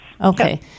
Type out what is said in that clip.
Okay